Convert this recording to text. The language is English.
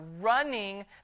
running